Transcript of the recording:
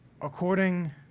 according